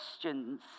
questions